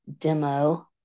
Demo